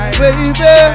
baby